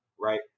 right